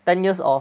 ten years of